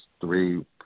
three